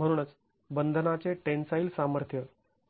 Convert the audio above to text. म्हणूनच बंधनाचे टेन्साईल सामर्थ्य